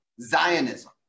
Zionism